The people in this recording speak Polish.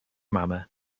mamę